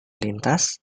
lintas